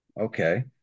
okay